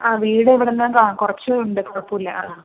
ആ വീട് ഇവിടെനിന്ന് കുറച്ച് ഉണ്ട് കുഴപ്പമില്ല